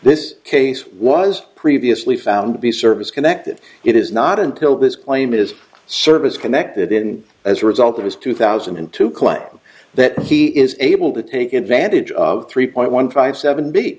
case case was previously found to be service connected it is not until his claim is service connected in as a result of his two thousand and two claim that he is able to take advantage of three point one five seven b